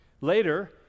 Later